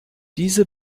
diese